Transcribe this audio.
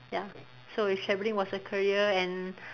ya so if travelling was a career and